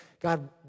God